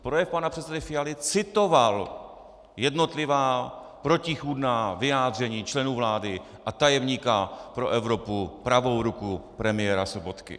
Projev pana předsedy Fialy citoval jednotlivá protichůdná vyjádření členů vlády a tajemníka pro Evropu, pravou ruku premiéra Sobotky.